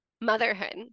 motherhood